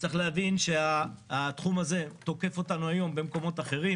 צריך להבין שהתחום הזה תוקף אותנו היום במקומות אחרים,